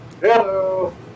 Hello